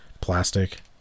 Plastic